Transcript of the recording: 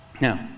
Now